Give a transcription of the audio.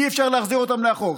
אי-אפשר להחזיר אותם לאחור.